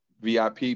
VIP